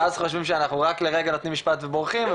ואז חושבים שאנחנו רק לרגע נותנים משפט ובורחים,